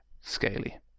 Scaly